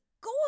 go